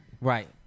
Right